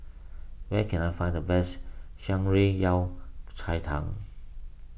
where can I find the best Shan Rui Yao Cai Tang